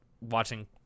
watching